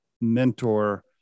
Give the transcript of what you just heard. mentor